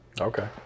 Okay